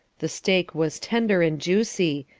the steak was tender and juicy,